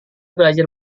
belajar